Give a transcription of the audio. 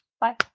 Bye